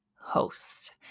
host